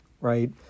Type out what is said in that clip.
Right